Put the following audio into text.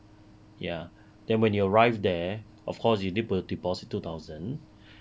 ya then when you arrive there of course you need err deposit two thousand